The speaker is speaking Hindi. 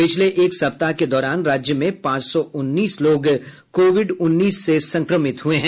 पिछले एक सप्ताह के दौरान राज्य में पांच सौ उन्नीस लोग कोविड उन्नीस से संक्रमित हुए हैं